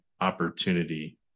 opportunity